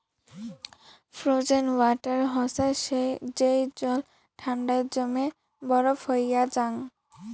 frozen water হসে যেই জল ঠান্ডায় জমে বরফ হইয়া জাং